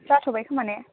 जाथ'बाय खोमा ने